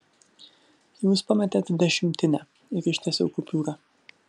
jūs pametėt dešimtinę ir ištiesiau kupiūrą